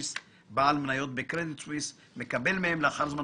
בעל מניות בקרדיט סוויס שמקבל מהם לאחר זמן